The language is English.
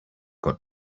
got